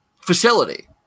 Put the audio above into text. facility